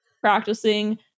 practicing